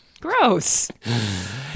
Gross